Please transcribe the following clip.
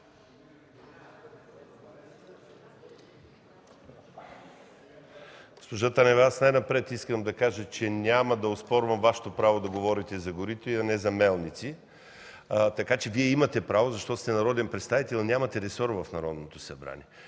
Танева, най-напред искам да кажа, че няма да оспорвам Вашето право да говорите за горите, а не за мелници. Така че Вие имате право, защото сте народен представител, но нямате ресор в Народното събрание.